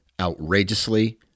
outrageously